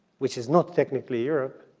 which is not technically europe,